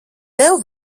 tev